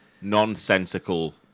nonsensical